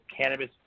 cannabis